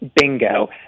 Bingo